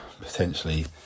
potentially